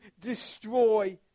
destroy